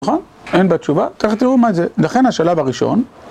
נכון? אין בתשובה? ככה תראו מה זה, לכן השלב הראשון